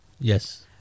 Yes